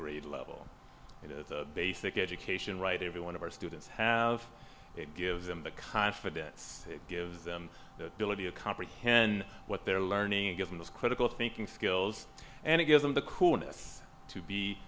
grade level it is a basic education right every one of our students have it gives them the confidence it gives them the ability to comprehend what they're learning and given those critical thinking skills and give them the coolness to be